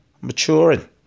maturing